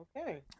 Okay